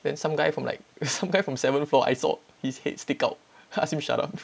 then some guy from like some guy from seven floor I saw his head stick out ask him shut up